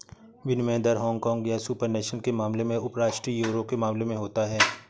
विनिमय दर हांगकांग या सुपर नेशनल के मामले में उपराष्ट्रीय यूरो के मामले में होता है